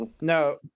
No